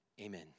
amen